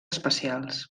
especials